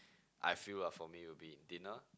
I feel lah for me will be dinner